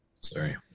Sorry